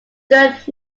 third